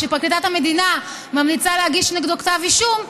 כשפרקליטת המדינה ממליצה להגיש נגדו כתב אישום,